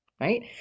right